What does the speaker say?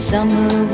Summer